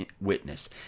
witness